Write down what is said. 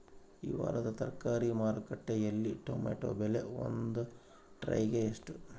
ಈ ವಾರದ ತರಕಾರಿ ಮಾರುಕಟ್ಟೆಯಲ್ಲಿ ಟೊಮೆಟೊ ಬೆಲೆ ಒಂದು ಟ್ರೈ ಗೆ ಎಷ್ಟು?